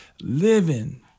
living